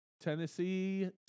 tennessee